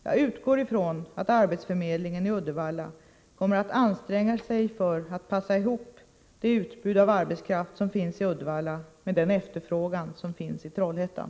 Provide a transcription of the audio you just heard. Jag utgår ifrån att arbetsförmedlingen i Uddevalla kommer att anstränga sig för att passa ihop det utbud av arbetskraft som finns i Uddevalla med den efterfrågan som finns i Trollhättan.